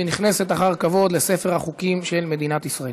ונכנסת אחר כבוד לספר החוקים של מדינת ישראל.